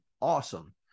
awesome